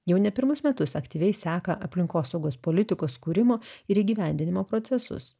jau ne pirmus metus aktyviai seka aplinkosaugos politikos kūrimo ir įgyvendinimo procesus